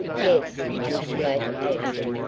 yes, miss ladd answered.